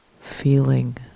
feeling